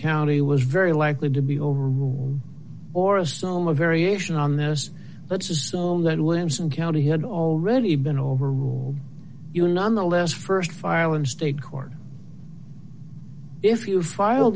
county was very likely to be over or a still more variation on this let's assume than williamson county had already been over you nonetheless st file in state court if you file